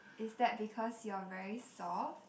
is that because you are very soft